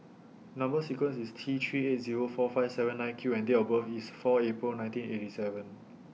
Number sequence IS T three eight Zero four five seven nine Q and Date of birth IS four April nineteen eighty seven